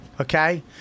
okay